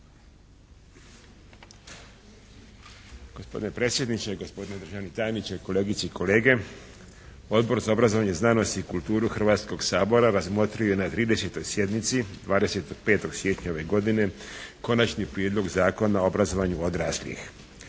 Gospodine predsjedniče, gospodine državni tajniče, kolegice i kolege. Odbor za obrazovanje, znanost i kulturu Hrvatskoga sabora razmotrio je na 30. sjednici 25. siječnja ove godine, Konačni prijedlog Zakona o obrazovanju odraslih.